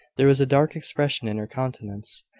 there was a dark expression in her countenance,